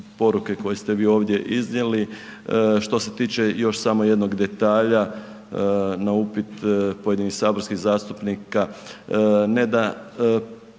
Hvala vam